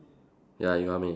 ya you got how many